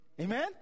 Amen